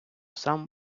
сам